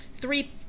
three